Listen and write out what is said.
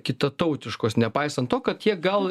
kitatautiškos nepaisant to kad tiek gal